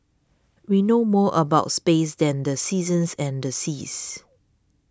we know more about space than the seasons and the seas